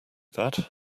that